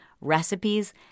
recipes